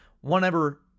whenever